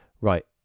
right